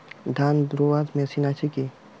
ধান রোয়ার মেশিন আছে কি?